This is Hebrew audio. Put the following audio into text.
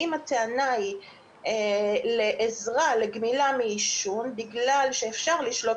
אם הטענה היא לעזרה לגמילה מעישון בגלל שאפשר לשלוט